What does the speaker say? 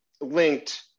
linked